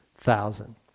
thousand